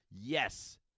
Yes